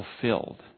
fulfilled